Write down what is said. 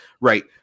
right